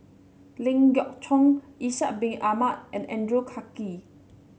Ling Geok Choon Ishak Bin Ahmad and Andrew Clarke